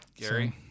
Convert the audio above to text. Gary